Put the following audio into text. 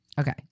Okay